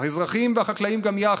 האזרחים והחקלאים גם יחד.